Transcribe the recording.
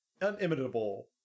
unimitable